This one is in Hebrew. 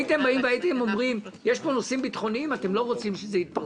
הייתם אומרים שיש פה נושאים ביטחוניים ואתם לא רוצים שזה יתפרסם,